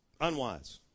unwise